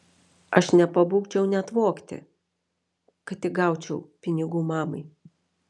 aš nepabūgčiau net vogti kad tik gaučiau pinigų mamai